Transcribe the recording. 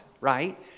right